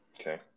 Okay